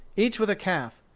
each with a calf.